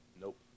Nope